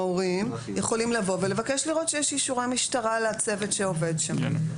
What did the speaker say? ההורים יכולים לבוא ולבקש לראות שיש אישורי משטרה לצוות שעובד שם.